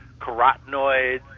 carotenoids